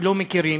שלא מכירים,